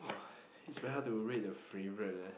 !wah! is very hard to rate a favorite leh